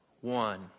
One